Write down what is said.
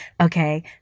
Okay